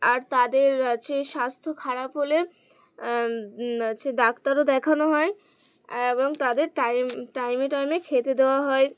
আর তাদের হচ্ছে স্বাস্থ্য খারাপ হলে হচ্ছে ডাক্তারও দেখানো হয় এবং তাদের টাইম টাইমে টাইমে খেতে দেওয়া হয়